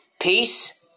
Peace